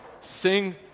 sing